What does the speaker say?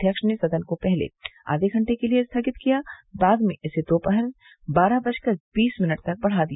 अध्यक्ष ने सदन को पहले आधे घंटे के लिये स्थगित कर दिया बाद में इसे दोपहर बारह बजकर बीस मिनट तक बढ़ा दिया